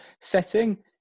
setting